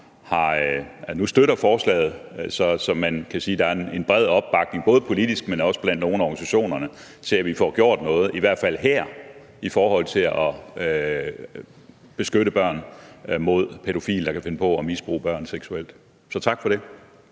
støtter forslaget, så man kan sige, at der i hvert fald her er en bred opbakning, både politisk, men også blandt nogle af organisationerne, til, at vi får gjort noget for at beskytte børn mod pædofile, der kan finde på at misbruge børn seksuelt. Så tak for det.